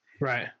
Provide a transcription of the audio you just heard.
Right